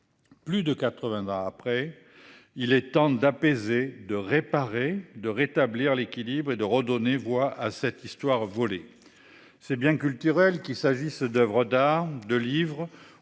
Plus de 80 après il est tente d'apaiser, de réparer, de rétablir l'équilibre et de redonner voix à cette histoire volé. Ses biens culturels qu'il s'agisse d'Oeuvres d'art de livres ou d'instruments